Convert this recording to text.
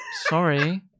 Sorry